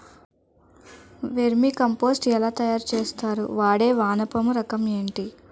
Vermi compost ఎలా తయారు చేస్తారు? వాడే వానపము రకం ఏంటి?